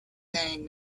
saying